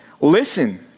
Listen